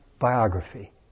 biography